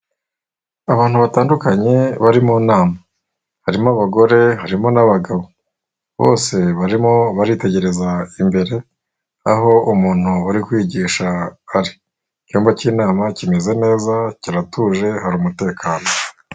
Abantu batandukanye bari mu inama, harimo abagore, harimo n'abagabo, bose barimo baritegereza imbere aho umuntu uri kwigisha ari, icyumba cy'inama kimeze neza, kiratuje hari umutekano.